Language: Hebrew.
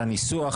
על הניסוח,